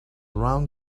round